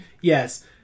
Yes